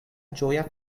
ĝoja